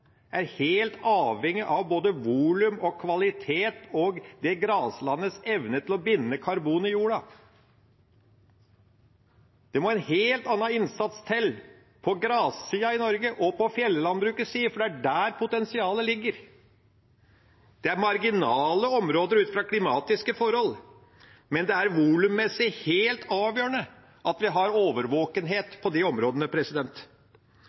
helt avhengig av både volum og kvalitet og graslandets evne til å binde karbon i jorda. Det må en helt annen innsats til på grassida og for fjellandbruket i Norge, for det er der potensialet ligger. Det er marginale områder ut fra klimatiske forhold, men det er volummessig helt avgjørende at vi har årvåkenhet på de områdene.